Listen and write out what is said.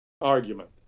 argument